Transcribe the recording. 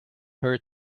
her